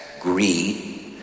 greed